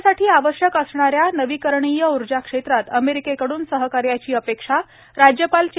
राज्यासाठी आवश्यक असणाऱ्या नविकरणीय ऊर्जा क्षेत्रात अमेरिकेकडून सहकार्याची अपेक्षा राज्यपाल चे